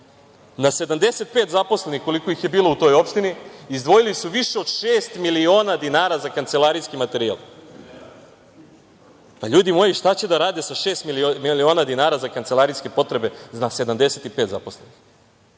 Na 75 zaposlenih koliko ih je bilo u toj opštini, izdvojili su više od šest miliona dinara za kancelarijski materijal. Ljudi moji, šta će da rade sa šest miliona dinara za kancelarijske potrebe na 75 zaposlenih?